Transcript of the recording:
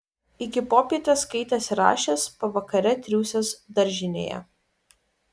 iki popietės skaitęs ir rašęs pavakare triūsęs daržinėje